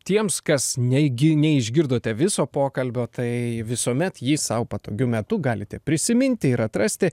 tiems kas negi neišgirdote viso pokalbio tai visuomet jį sau patogiu metu galite prisiminti ir atrasti